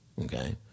okay